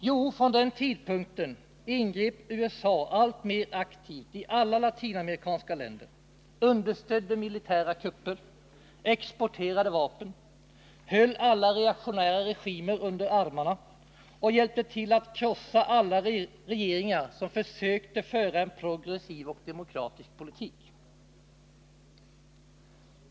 Jo, från den tidpunkten ingrep USA alltmer aktivt i alla latinamerikanska länder, understödde militära kupper, exporterade vapen, höll alla reaktionära regimer under armarna och hjälpte till att krossa alla regeringar som försökte föra en progressiv och demokratisk politik.